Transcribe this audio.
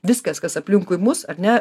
viskas kas aplinkui mus ar ne